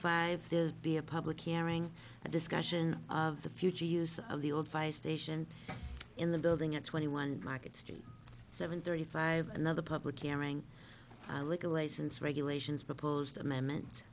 five there's be a public hearing a discussion of the future use of the old fire station in the building at twenty one market street seven thirty five another public carrying a liquor license regulations proposed amendment